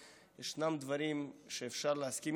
ישנם דברים שאפשר להסכים להם, אבל